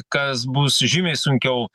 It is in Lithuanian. kas bus žymiai sunkiau